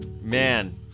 man